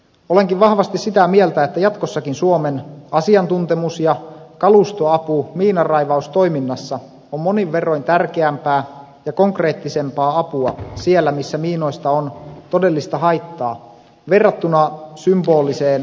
olenkin vahvasti sitä mieltä että jatkossakin suomen asiantuntemus ja kalustoapu miinanraivaustoiminnassa on monin verroin tärkeämpää ja konkreettisempaa apua siellä missä miinoista on todellista haittaa verrattuna symboliseen allekirjoitukseen sopimuksessa